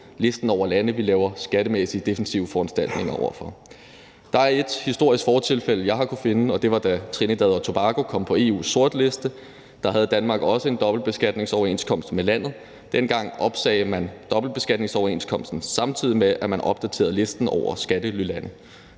listen over lande, vi laver skattemæssige defensive foranstaltninger over for. Der er et historisk fortilfælde, jeg har kunnet finde, og det var, da Trinidad og Tobago kom på EU's sortliste. Der havde Danmark også en dobbeltbeskatningsoverenskomst med landet. Dengang opsagde man dobbeltbeskatningsoverenskomsten, samtidig med at man opdaterede listen over skattelylande.